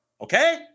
okay